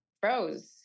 froze